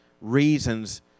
reasons